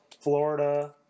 Florida